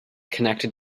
connected